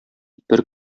бер